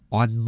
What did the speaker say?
on